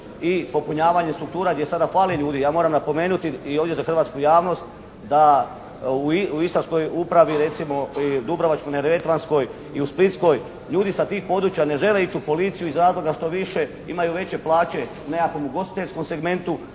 i popunjavanjem struktura gdje sada fali ljudi, ja moram napomenuti i ovdje za hrvatsku javnost da u Istarskoj upravi recimo i Dubrovačko-neretvanskoj i u Splitskoj, ljudi sa tih područja ne žele ići u policiju, iz razloga što više imaju veće plaće u nekakvom ugostiteljskom segmentu